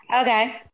Okay